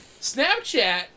Snapchat